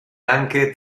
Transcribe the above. anche